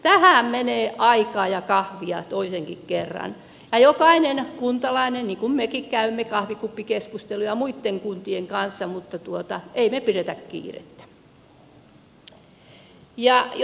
tähän menee aikaa ja kahvia toisenkin kerran ja jokainen kuntalainen niin kuin mekin käy kahvikuppikeskusteluja muitten kuntien kanssa mutta emme me pidä kiirettä